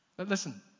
Listen